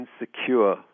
insecure